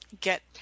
Get